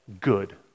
Good